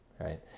right